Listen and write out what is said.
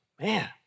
Man